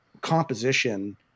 composition